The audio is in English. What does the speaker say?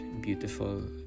beautiful